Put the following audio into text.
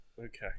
Okay